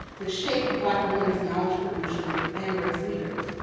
that shaped black women as knowledge producers and race leaders.